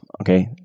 okay